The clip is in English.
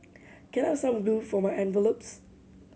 can I have some glue for my envelopes